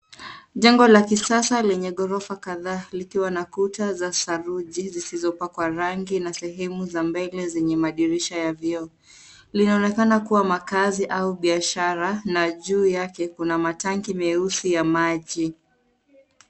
Jengo la kisasa lenye ghorofa kadhaa, likiwa na kuta za saruji zisizopakwa rangi, na sehemu za mbele zina madirisha ya vioo. Linaweza kuwa makazi au biashara, na juu yake kuna matanki meusi ya maji.